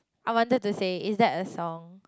I wanted to say is that a song